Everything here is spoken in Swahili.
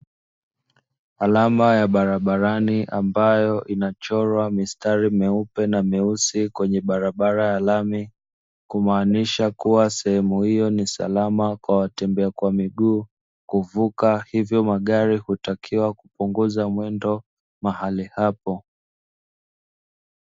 Alama ya barabarani ambayo inachorwa mistari meupe na meusi kwenye barabara ya lami; kumaaniasha kuwa sehemu hiyo ni salama kwa watembea kwa miguu, kuvuka hivyo magari hutakiwa kupunguza mwendo mahali hapo.